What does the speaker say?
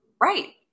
Right